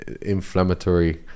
inflammatory